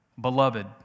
Beloved